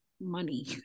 money